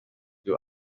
you